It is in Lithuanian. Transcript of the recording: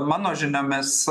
mano žiniomis